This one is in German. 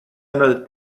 einer